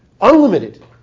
unlimited